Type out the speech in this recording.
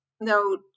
No